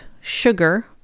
sugar